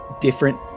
different